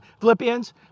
Philippians